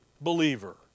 believer